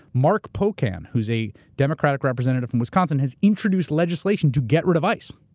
mark pocan, who's a democratic representative from wisconsin has introduced legislation to get rid of ice.